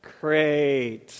Great